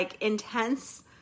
intense